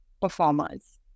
performers